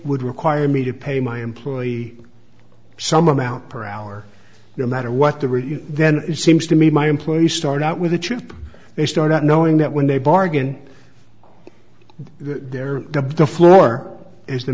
would require me to pay my employee some amount per hour no matter what the review then it seems to me my employees start out with a trip they start out knowing that when they bargain there are the floor is the